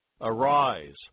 Arise